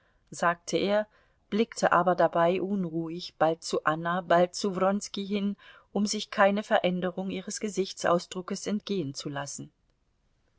sagte er blickte aber dabei unruhig bald zu anna bald zu wronski hin um sich keine veränderung ihres gesichtsausdruckes entgehen zu lassen